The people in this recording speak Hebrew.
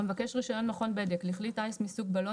המבקש רישיון מכון בדק לכלי טיס מסוג בלון